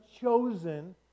chosen